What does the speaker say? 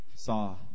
saw